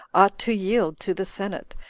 ought to yield to the senate,